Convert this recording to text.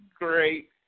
great